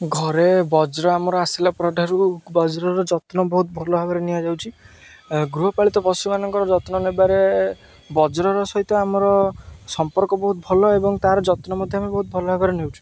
ଘରେ ବଜ୍ର ଆମର ଆସିଲା ପରଠାରୁ ବଜ୍ରର ଯତ୍ନ ବହୁତ ଭଲ ଭାବରେ ନିଆଯାଉଛି ଗୃହପାଳିତ ପଶୁମାନଙ୍କର ଯତ୍ନ ନେବାରେ ବଜ୍ରର ସହିତ ଆମର ସମ୍ପର୍କ ବହୁତ ଭଲ ଏବଂ ତା'ର ଯତ୍ନ ମଧ୍ୟ ଆମେ ବହୁତ ଭଲ ଭାବରେ ନେଉଛୁ